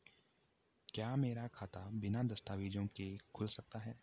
क्या मेरा खाता बिना दस्तावेज़ों के खुल सकता है?